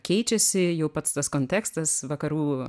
keičiasi jau pats tas kontekstas vakarų